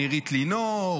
עירית לינור,